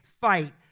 fight